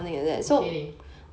okay leh